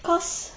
cause